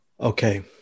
Okay